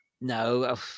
No